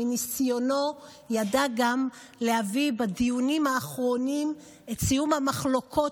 שמניסיונו ידע להביא בדיונים האחרונים את סיום המחלוקות,